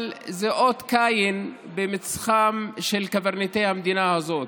אבל זה אות קין על מצחם של קברניטי המדינה הזאת.